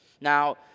Now